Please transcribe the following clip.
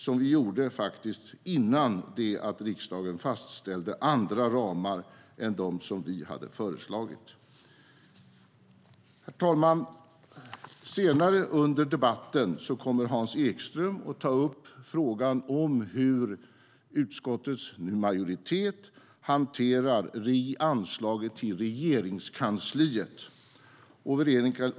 Det gjorde vi faktiskt innan riksdagen fastställde andra ramar än de vi hade föreslagit. Herr talman! Senare under debatten kommer Hans Ekström att ta upp frågan om hur utskottets majoritet hanterar anslaget till Regeringskansliet.